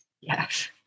Yes